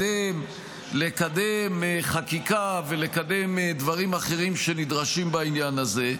-- לקדם חקיקה ולקדם דברים אחרים שנדרשים בעניין הזה.